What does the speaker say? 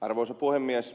arvoisa puhemies